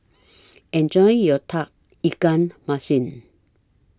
Enjoy your Tauge Ikan Masin